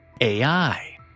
AI